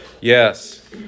Yes